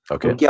Okay